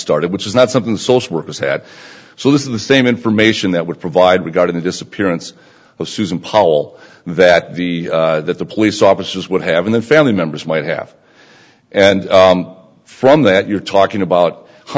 started which is not something the social workers had so this is the same information that would provide we've got in the disappearance of susan powell that the that the police officers would have been the family members might have and from that you're talking about